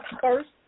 first